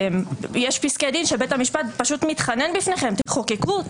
ויש פסקי דין שבית המשפט פשוט מתחנן בפניכם: תחוקקו,